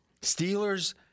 Steelers—